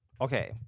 okay